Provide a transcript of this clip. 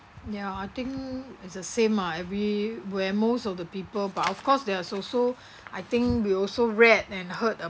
ya I think as a same ah every where most of the people but of course there's also I think we also read and heard